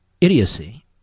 idiocy